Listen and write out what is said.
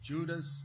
Judas